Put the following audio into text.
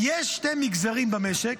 יש שתי מגזרים במשק